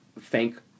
thank